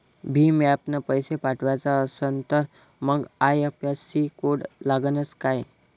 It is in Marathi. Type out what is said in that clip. भीम ॲपनं पैसे पाठवायचा असन तर मंग आय.एफ.एस.सी कोड लागनच काय?